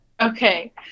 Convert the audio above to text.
Okay